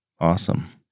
Awesome